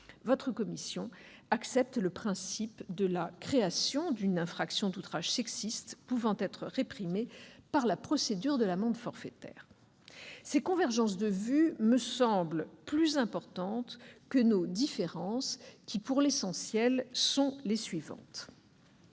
votre commission accepte le principe de la création d'une infraction d'outrage sexiste pouvant être réprimée par la procédure de l'amende forfaitaire. Ces convergences de vue me semblent plus importantes que nos différences. La première divergence